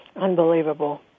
Unbelievable